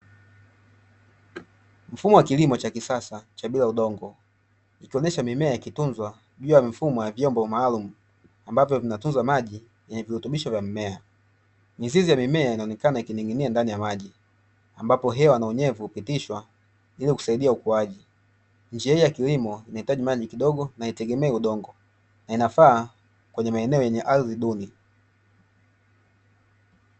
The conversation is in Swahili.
Mfumo wa kilimo cha kisasa cha bila udongo, ikionyesha mimea ikitunzwa juu ya mifumo ya vyombo maalumu ambavyo vinatunza maji yenye virutubisho vya mmea. Mizizi ya mimea inaonekana ikining’inia ndani ya maji ambapo hewa na unyevu hupitishwa ili kusaidia ukuaji. Njia hii ya kilimo inahitaji maji kidogo na haitegemei udogo na inafaaa kwenye maeneo yenye ardhi duni.